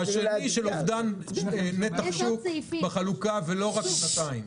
והשני של אובדן נתח שוק בחלוקה ולא רק שנתיים.